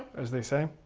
as they say,